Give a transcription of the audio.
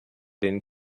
den